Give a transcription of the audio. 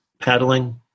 paddling